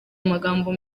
amagambo